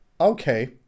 Okay